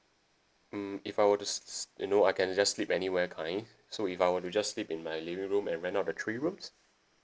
mm if I were to s~ s~ you know I can just sleep anywhere kind so if I were to just sleep in my living room and rent out the three rooms